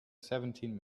seventeen